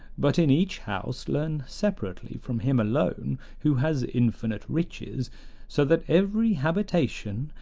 but in each house learn separately from him alone who has infinite riches so that every habitation,